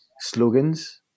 slogans